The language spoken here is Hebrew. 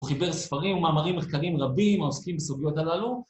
‫הוא חיבר ספרים ומאמרים, מחקרים רבים ‫העוסקים בסוגיות הללו.